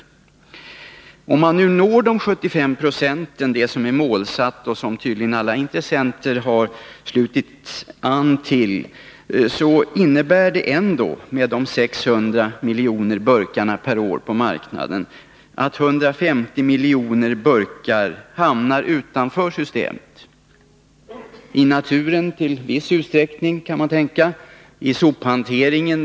Även om man nu når de 75 procenten — vilket är målsättningen och som alla intressenter har anslutit sig till — innebär det ändå, med 600 miljoner burkar per år på marknaden, att 150 miljoner av dessa burkar hamnar utanför systemet: i naturen i viss utsträckning, kan man tänka, eller i sophanteringen.